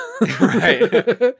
right